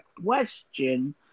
question